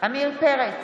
עמיר פרץ,